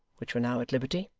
which were now at liberty,